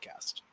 podcast